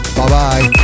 Bye-bye